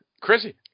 Chrissy